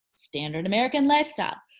standard american lifestyle.